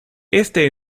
este